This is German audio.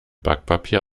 backpapier